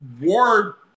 war